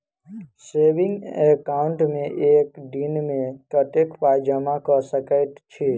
Saving account मे एक दिनमे कतेक पाई जमा कऽ सकैत छी?